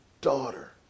daughter